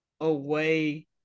away